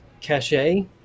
cache